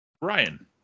Ryan